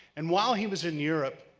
and while he was in europe,